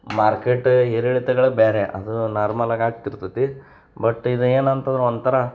ಮಾರ್ಕೇಟ ಏರಿಳಿತಗಳು ಬೇರೆ ಅದು ನಾರ್ಮಲಾಗಿ ಆಗ್ತಿರ್ತತಿ ಬಟ್ ಇದೇನಂತಂದ್ರೆ ಒಂಥರ